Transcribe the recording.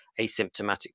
asymptomatic